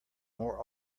more